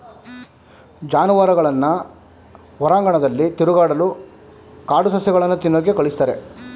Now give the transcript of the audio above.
ಜಾನುವಾರುಗಳನ್ನ ಹೊರಾಂಗಣದಲ್ಲಿ ತಿರುಗಾಡಲು ಕಾಡು ಸಸ್ಯಗಳನ್ನು ತಿನ್ನೋಕೆ ಕಳಿಸ್ತಾರೆ